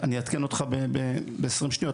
אני אעדכן אותך ב-20 שניות,